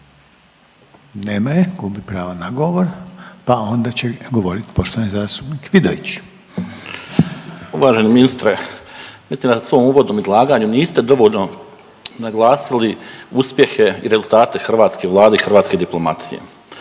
Nema je gubi pravo na govor. Pa onda će govoriti poštovani zastupnik Vidović. **Vidović, Radoje (HDZ)** Uvaženi ministre. … na svom uvodnom ulaganju niste dovoljno naglasili uspjehe i rezultate hrvatske vlade i hrvatske diplomacije.